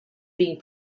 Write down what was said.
being